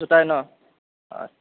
জোতাই ন হয়